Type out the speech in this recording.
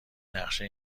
نقشه